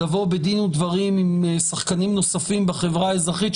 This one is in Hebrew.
לבוא בדין ודברים עם שחקנים נוספים בחברה האזרחית,